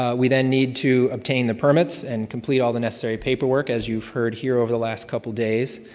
um we then need to obtain the permits and compete all the necessary paperwork as you've heard here over the last couple days.